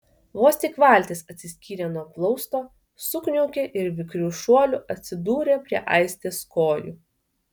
vos tik valtis atsiskyrė nuo plausto sukniaukė ir vikriu šuoliu atsidūrė prie aistės kojų